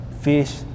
fish